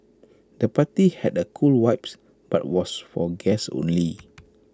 the party had A cool vibes but was for guests only